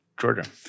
Georgia